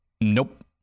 nope